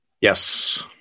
Yes